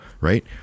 right